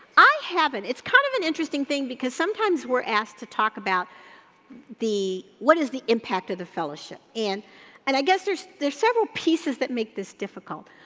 i haven't. it's kind of an interesting thing because sometimes we're asked to talk about what is the impact of the fellowship? and and i guess there's there's several pieces that make this difficult.